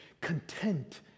content